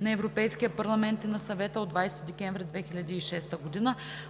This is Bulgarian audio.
на Европейския парламент и на Съвета от 20 декември 2006 г.